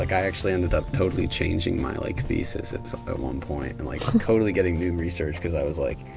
like i actually ended up totally changing my like thesis at one point, and like and totally getting new research. cause i was, like,